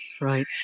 Right